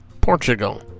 Portugal